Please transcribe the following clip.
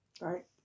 Right